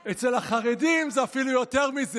אצל החרדים זה אפילו יותר מזה,